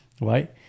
Right